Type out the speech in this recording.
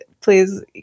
please